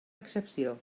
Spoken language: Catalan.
excepció